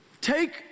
take